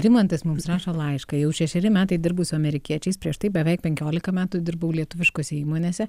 rimantas mums rašo laišką jau šešeri metai dirbo su amerikiečiais prieš tai beveik penkiolika metų dirbau lietuviškose įmonėse